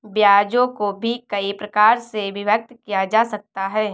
ब्याजों को भी कई प्रकार से विभक्त किया जा सकता है